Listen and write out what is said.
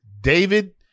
David